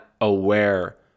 aware